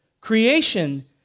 Creation